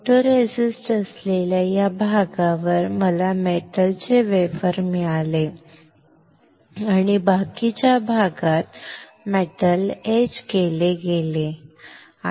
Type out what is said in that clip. photoresist असलेल्या भागावर मला मेटलचे वेफर मिळाले आणि बाकीच्या भागात मेटल एच गेले